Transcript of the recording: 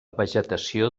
vegetació